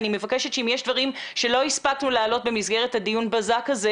אני מבקשת שאם יש דברים שלא הספקנו להעלות במסגרת דיון הבזק הזה,